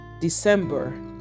december